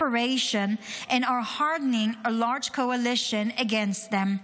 and are hardening a large coalition against them.